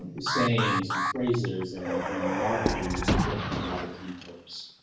the sayings and phrases and and marketing that you get from a lot of the corpse.